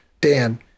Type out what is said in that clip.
Dan